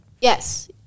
Yes